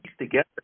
together